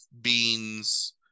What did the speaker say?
beans